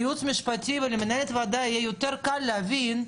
לייעוץ המשפטי ולמנהלת הוועדה יהיה יותר קל להבין,